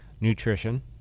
nutrition